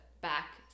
back